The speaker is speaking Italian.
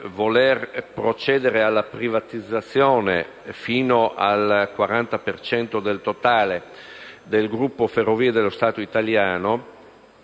voler procedere alla privatizzazione, fino al 40 per cento del totale, del gruppo Ferrovie dello Stato italiane